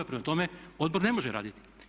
Prema tome, odbor ne može raditi.